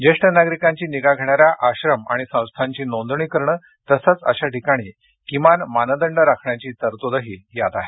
ज्येष्ठ नागरिकांची निगा घेणाऱ्या आश्रम आणि संस्थांची नोंदणी करणं तसंच अशा ठिकाणी किमान मानदंड राखण्याची तरतूदही यात आहे